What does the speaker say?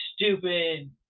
stupid